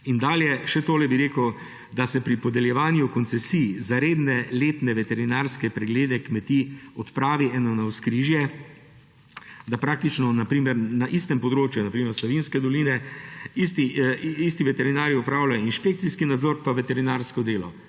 In še tole bi rekel. Da se pri podeljevanju koncesij za redne letne veterinarske preglede kmetij odpravi eno navzkrižje, da praktično na istem področju, na primer Savinjske doline, isti veterinarji opravljajo inšpekcijski nadzor in veterinarsko delo.